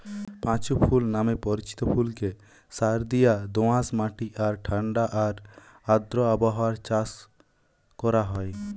পাঁচু ফুল নামে পরিচিত ফুলকে সারদিয়া দোআঁশ মাটি আর ঠাণ্ডা আর আর্দ্র আবহাওয়ায় চাষ করা হয়